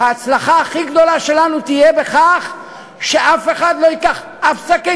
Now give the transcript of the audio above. ההצלחה הכי גדולה שלנו תהיה בכך שאף אחד לא ייקח אף שקית,